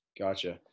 Gotcha